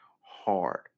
hard